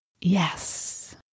Yes